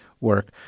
work